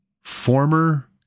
former